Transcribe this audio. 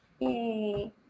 Yay